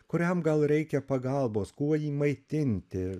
kuriam gal reikia pagalbos kuo jį maitinti